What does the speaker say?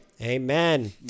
Amen